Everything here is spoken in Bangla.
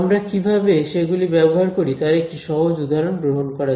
আমরা কীভাবে সেগুলি ব্যবহার করি তার একটি সহজ উদাহরণ গ্রহণ করা যাক